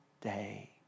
day